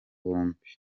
bombi